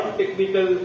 technical